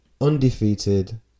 undefeated